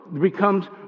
becomes